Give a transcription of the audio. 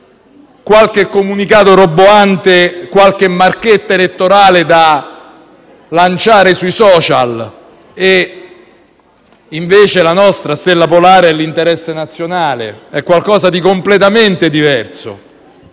qualche comunicato roboante, qualche marchetta elettorale da lanciare sui *social.* Invece la nostra stella polare è l'interesse nazionale, è qualcosa di completamente diverso.